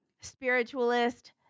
spiritualist